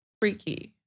freaky